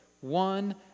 one